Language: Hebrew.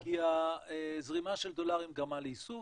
כי הזרימה של דולרים גרמה לייסוף,